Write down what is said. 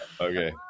okay